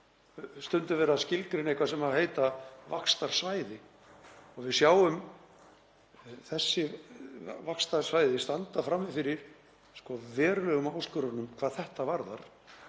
stundum verið að skilgreina eitthvað sem á að heita vaxtarsvæði og við sjáum þessi vaxtarsvæði standa frammi fyrir verulegum áskorunum hvað þetta varðar.